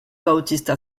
bautista